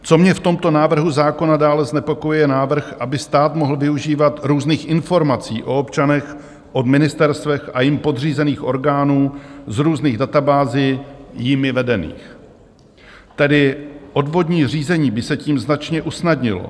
Co mě v tomto návrhu zákona dále znepokojuje, je návrh, aby stát mohl využívat různých informací o občanech od ministerstev a jim podřízených orgánů z různých databází jimi vedených, tedy odvodní řízení by se tím značně usnadnilo.